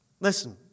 Listen